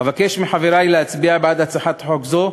אבקש מחברי להצביע בעד הצעת חוק זו,